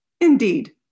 Indeed